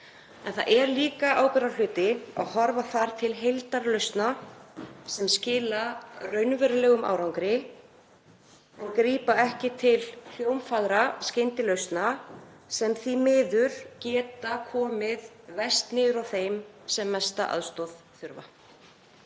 En það er líka ábyrgðarhluti að horfa þar til heildarlausna sem skila raunverulegum árangri en grípa ekki til hljómfagurra skyndilausna sem því miður geta komið verst niður á þeim sem mesta aðstoð þurfa.